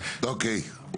אוקיי.